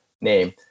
name